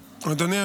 סדר-היום,